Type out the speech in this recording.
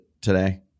today